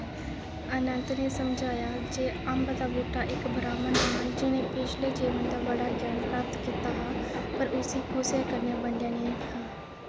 अनंत नै समझाया जे अंब दा बूह्टा इक ब्राह्मण हा जि'न्नै पिछले जीवन च बड़ा ग्यान प्राप्त कीता हा पर उसी कुसै कन्नै बंडेआ नेईं हा